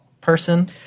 person